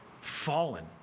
fallen